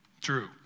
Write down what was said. True